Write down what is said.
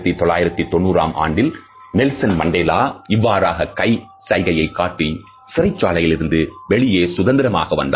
1990 ஆம் ஆண்டில் Nelson Mandela இவ்வாறான கை சைகை காட்டி சிறைச்சாலையிலிருந்து வெளியே சுதந்திரமாக வந்தார்